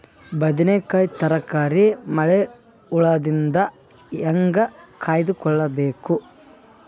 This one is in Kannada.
ಬದನೆಕಾಯಿ ತರಕಾರಿ ಮಳಿ ಹುಳಾದಿಂದ ಹೇಂಗ ಕಾಯ್ದುಕೊಬೇಕು?